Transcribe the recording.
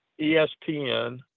ESPN